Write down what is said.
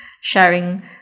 sharing